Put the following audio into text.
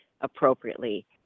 appropriately